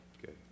Good